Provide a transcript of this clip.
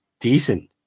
decent